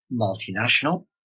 multinational